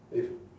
if